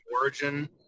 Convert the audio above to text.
origin